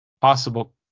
possible